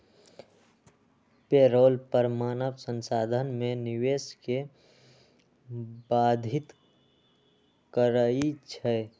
payroll कर मानव संसाधन में निवेश के बाधित करइ छै